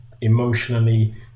emotionally